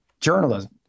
journalism